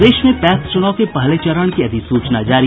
प्रदेश में पैक्स चूनाव के पहले चरण की अधिसूचना जारी